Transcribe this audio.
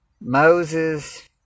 Moses